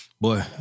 Boy